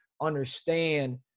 understand